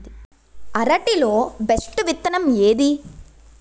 అరటి లో బెస్టు విత్తనం ఏది?